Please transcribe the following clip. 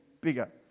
bigger